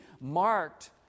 marked